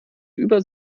über